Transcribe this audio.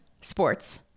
sports